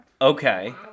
Okay